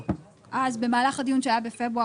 במהלך הדיון שהיה בפברואר,